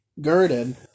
girded